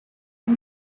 and